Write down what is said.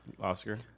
Oscar